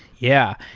yeah.